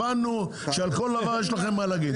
הבנו שעל כל דבר יש לכם מה להגיד.